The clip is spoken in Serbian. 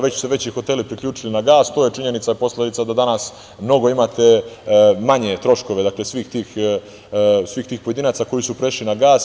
Već su se veći hoteli priključili na gas, to je činjenica posledice da danas mnogo imate manje troškove svih tih pojedinaca koji su prešli na gas.